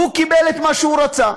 הוא קיבל את מה שהוא רצה.